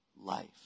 life